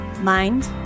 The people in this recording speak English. mind